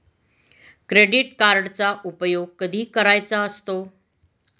Credit कार्डचा उपयोग कधी करायचा असतो?